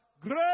great